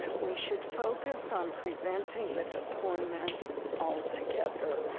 we should focus on preventing the deployment altogether.